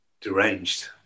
deranged